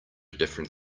different